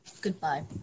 Goodbye